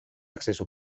acceso